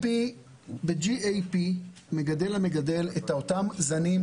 ב-GAP מגדל מגדל את אותם זנים,